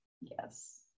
Yes